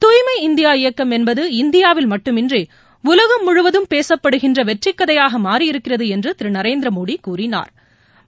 துய்மை இந்தியா இயக்கம் என்பது இந்தியாவில் மட்டுமின்றிஉலகம் முழுவதும் பேசப்படுகின்றவெற்றிக்கதையாகமாறியிருக்கிறதுஎன்றுதிருநரேந்திரமோடிகூறினாா்